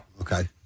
Okay